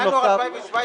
עמוד 87,